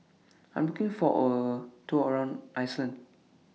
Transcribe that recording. I Am looking For A Tour around Iceland